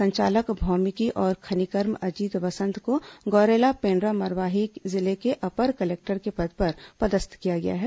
संचालक भौमिकी और खनिकर्म अजीत वसंत को गौरेला पेंड्रा मरवाही जिले के अपर कलेक्टर के पद पर पदस्थ किया गया है